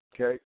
okay